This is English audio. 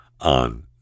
on